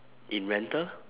in rental